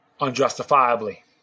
Unjustifiably